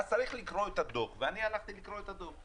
אז צריך לקרוא את הדוח, ואני הלכתי לקרוא את הדוח,